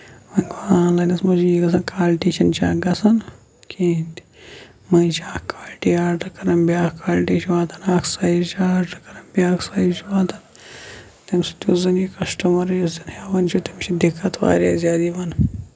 وۄنۍ گوٚو آن لاینَس منٛز یہِ گژھان کالٹی چھنہٕ چٮ۪ک گژھان کِہیٖنۍ تہِ مٔنزۍ چھِ اکھ کالٹی آرڈر کران بیاکھ کالٹی چھِ واتان آرڈر اکھ سایِز چھِ آردڑ کران بیاکھ سایِز چھُ واتان تٔمۍ سۭتۍ یِم زَن کَسٹمر یُس زَن ہیٚوان چھِ تِمن چھِ دِکت واریاہ زیادٕ یِوان